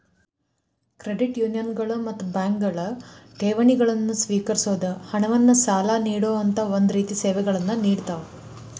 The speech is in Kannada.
ಕ್ರೆಡಿಟ್ ಯೂನಿಯನ್ಗಳು ಮತ್ತ ಬ್ಯಾಂಕ್ಗಳು ಠೇವಣಿಗಳನ್ನ ಸ್ವೇಕರಿಸೊದ್, ಹಣವನ್ನ್ ಸಾಲ ನೇಡೊಅಂತಾ ಒಂದ ರೇತಿ ಸೇವೆಗಳನ್ನ ನೇಡತಾವ